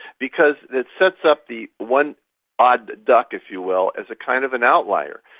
because it sets up the one odd duck, if you will, as a kind of an outlier.